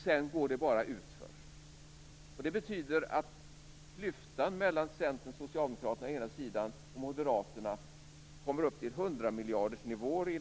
Sedan går det bara utför. Det betyder att det inom tre år blir en hundramiljardersklyfta mellan Centern och Socialdemokraterna å ena sidan och Moderaterna å den andra sidan.